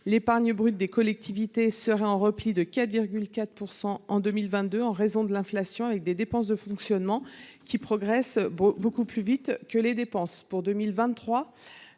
l'épargne brute des collectivités serait en repli de 4,4 % cette année en raison de l'inflation, avec des dépenses de fonctionnement qui progressent plus vite que les recettes. Pour 2023,